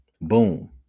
boom